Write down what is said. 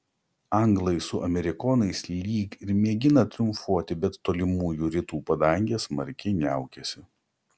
anglai su amerikonais lyg ir mėgina triumfuoti bet tolimųjų rytų padangė smarkiai niaukiasi